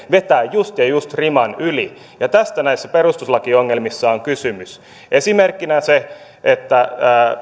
vetää just ja just riman yli ja tästä näissä perustuslakiongelmissa on kysymys esimerkkinä se että